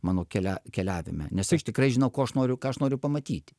mano kelia keliavime nes aš tikrai žinau ko aš noriu ką aš noriu pamatyti